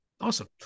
Awesome